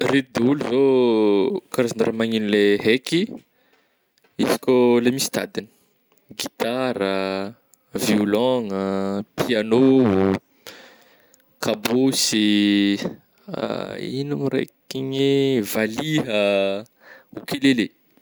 Reto daôlo zao karazagna raha magneno le haiky izy kô le misy tadigny, gitara, violôgna, piagnô, kabôsy, ino mo raiky igny eh valiha, ukulélé.